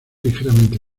ligeramente